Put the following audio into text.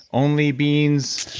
only beans,